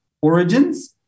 origins